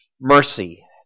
mercy